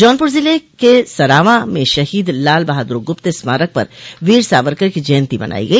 जौनपुर ज़िले के सरावां में शहीद लाल बहादुर गुप्त स्मारक पर वीर सावरकर की जयन्ती मनाई गई